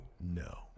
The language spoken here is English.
no